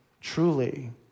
truly